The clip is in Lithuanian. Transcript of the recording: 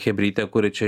chebrytė kuri čia